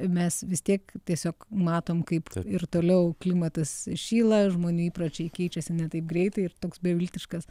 mes vis tiek tiesiog matome kaip ir toliau klimatas šyla žmonių įpročiai keičiasi ne taip greitai ir toks beviltiškas